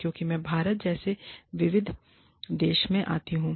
क्योंकि मैं भारत जैसे विविध देश से आता हूं